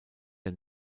der